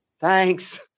thanks